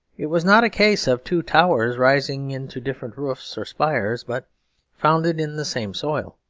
it was not a case of two towers rising into different roofs or spires, but founded in the same soil.